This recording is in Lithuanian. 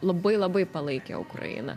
labai labai palaikė ukrainą